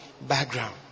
background